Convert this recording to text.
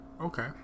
Okay